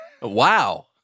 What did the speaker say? Wow